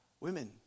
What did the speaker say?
Women